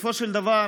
בסופו של דבר,